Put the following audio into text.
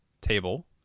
table